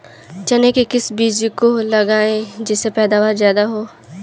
चने के किस बीज को लगाएँ जिससे पैदावार ज्यादा हो?